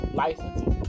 licenses